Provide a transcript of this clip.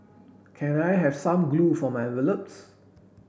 can I have some glue for my envelopes